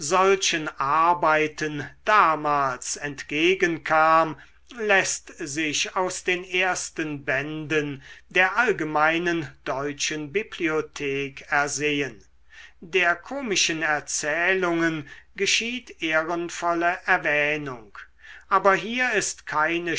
solchen arbeiten damals entgegen kam läßt sich aus den ersten bänden der allgemeinen deutschen bibliothek ersehen der komischen erzählungen geschieht ehrenvolle erwähnung aber hier ist keine